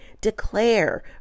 declare